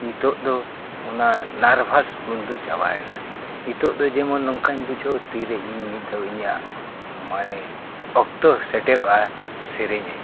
ᱱᱤᱛᱳᱜ ᱫᱚ ᱚᱱᱟ ᱱᱟᱨᱵᱷᱟᱥ ᱜᱩᱱᱫᱚ ᱪᱟᱵᱟᱭᱮᱱᱟ ᱱᱤᱛᱳᱜ ᱫᱚ ᱡᱮᱢᱚᱱ ᱱᱚᱝᱠᱟᱧ ᱵᱩᱡᱷᱟᱹᱣ ᱛᱤᱨᱮ ᱤᱧ ᱢᱤᱫ ᱫᱷᱟᱣ ᱤᱧᱟᱹᱜ ᱢᱟᱱᱮ ᱚᱠᱛᱚ ᱥᱮᱴᱮᱨᱚᱜᱼᱟ ᱥᱮᱨᱮᱧᱟᱹᱧ